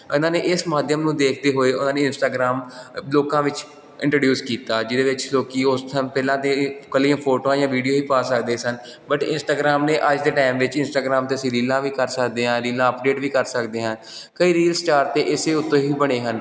ਉਹਨਾਂ ਨੇ ਇਸ ਮਾਧਿਅਮ ਨੂੰ ਦੇਖਦੇ ਹੋਏ ਉਹਨਾਂ ਨੇ ਇੰਸਟਾਗਰਾਮ ਲੋਕਾਂ ਵਿੱਚ ਇੰਟਰਡਿਊਸ ਕੀਤਾ ਜਿਹਦੇ ਵਿੱਚ ਲੋਕ ਉਸ ਟਾਇਮ ਪਹਿਲਾਂ ਤਾਂ ਇਕੱਲੀਆਂ ਫੋਟੋਆਂ ਜਾਂ ਵੀਡੀਓ ਹੀ ਪਾ ਸਕਦੇ ਸਨ ਬਟ ਇੰਸਟਾਗਰਾਮ ਨੇ ਅੱਜ ਦੇ ਟਾਇਮ ਵਿੱਚ ਇੰਸਟਾਗਰਾਮ 'ਤੇ ਅਸੀਂ ਰੀਲਾਂ ਵੀ ਕਰ ਸਕਦੇ ਹਾਂ ਰੀਲਾਂ ਅਪਡੇਟ ਵੀ ਕਰ ਸਕਦੇ ਹਾਂ ਕਈ ਰੀਲ ਸਟਾਰ ਤਾਂ ਇਸੇ ਉਤੋਂ ਹੀ ਬਣੇ ਹਨ